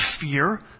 fear